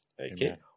Okay